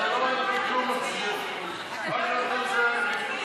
לא מעניין אתכם כלום, זה מה שמעניין אתכם.